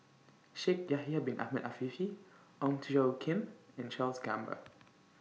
Shaikh Yahya Bin Ahmed Afifi Ong Tjoe Kim and Charles Gamba